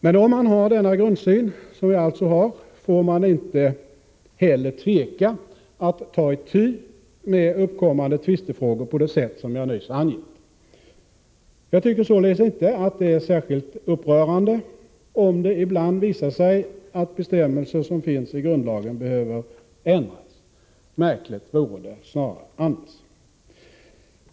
Men om man har denna grundsyn, som jag alltså har, får man inte heller tveka att ta itu med uppkommande tvistefrågor på det sätt som jag nyss angett. Jag tycker således inte att det är särskilt upprörande om det ibland visar sig att de bestämmelser som finns i grundlagen behöver ändras. Märkligt vore det egentligen annars.